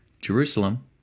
Jerusalem